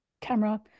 camera